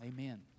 Amen